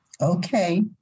Okay